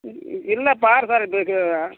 இல்லை பார் சார்